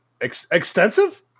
extensive